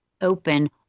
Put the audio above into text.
open